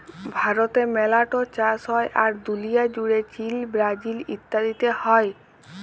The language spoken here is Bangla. ভারতে মেলা ট চাষ হ্যয়, আর দুলিয়া জুড়ে চীল, ব্রাজিল ইত্যাদিতে হ্য়য়